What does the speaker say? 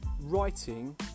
writing